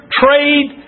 trade